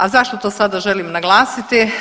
A zašto to sada želim naglasiti?